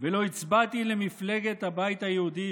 ולא הצבעתי למפלגת הבית היהודי,